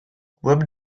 web